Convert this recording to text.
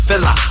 Fella